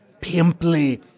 pimply